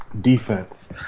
defense